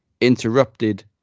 interrupted